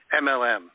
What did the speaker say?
MLM